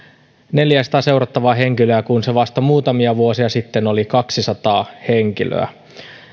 neljäsataa seurattavaa henkilöä kun se vasta muutamia vuosia sitten oli kaksisataa henkilöä